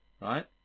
Right